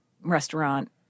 restaurant